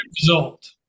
result